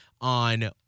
on